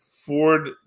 Ford